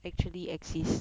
actually exist